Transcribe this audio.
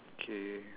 okay